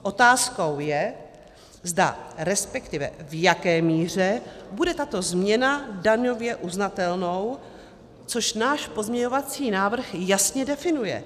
Otázkou je, zda, resp. v jaké míře bude tato změna daňově uznatelnou, což náš pozměňovací návrh jasně definuje.